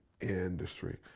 industry